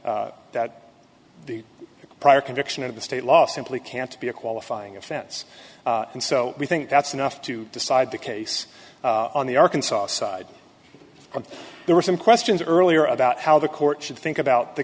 that the prior conviction of the state law simply can't be a qualifying offense and so we think that's enough to decide the case on the arkansas side and there were some questions earlier about how the court should think about the